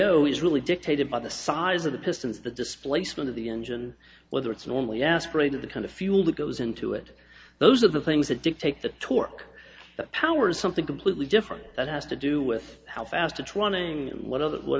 is really dictated by the size of the pistons the displacement of the engine whether it's normally aspirated the kind of fuel that goes into it those are the things that dictate the torque that powers something completely different that has to do with how fast it's running and what other what